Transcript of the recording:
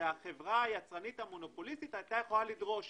שהיצרנית המונופוליסטית הייתה יכולה לדרוש.